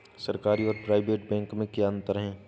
सरकारी और private bank में क्या अंतर है?